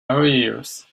arrears